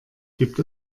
gibt